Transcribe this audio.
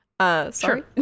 Sorry